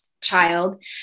child